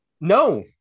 No